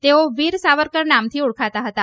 તેઓ વીર સાવરકર નામથી ઓળખાતા હતા